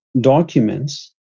documents